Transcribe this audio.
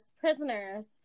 prisoners